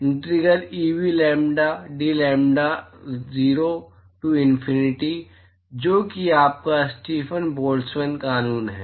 integral E B lambda d lambda 0 to infinity जो कि आपका स्टीफन बोल्ट्जमैन कानून है